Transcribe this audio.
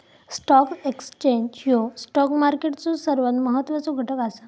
stock exchange ह्यो stock मार्केटचो सर्वात महत्वाचो घटक असा